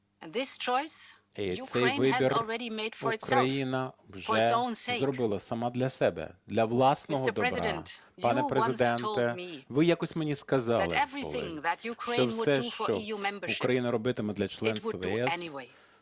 І цей вибір Україна вже зробила сама для себе, для власного добра. Пане Президент, ви якось мені сказали були, що все, що Україна робитиме для членства в ЄС,